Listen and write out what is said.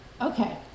Okay